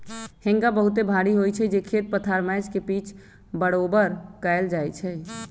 हेंगा बहुते भारी होइ छइ जे खेत पथार मैच के पिच बरोबर कएल जाइ छइ